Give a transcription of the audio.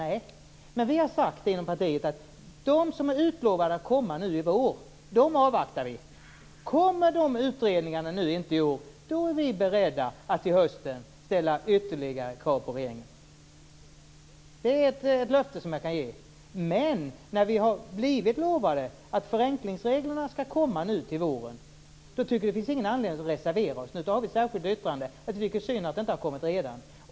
Vi har inom partiet sagt att de utredningar som är utlovade att komma nu i vår avvaktar vi. Kommer de inte i vår är vi beredda att till hösten ställa ytterligare krav på regeringen. Det är ett löfte som jag kan ge. Men när vi har blivit lovade att förenklingsreglerna skall komma nu till våren tycker jag att det inte finns någon anledning att reservera sig. Därför har vi ett särskilt yttrande. Jag tycker det är synd att detta inte har kommit redan.